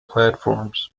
platforms